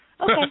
Okay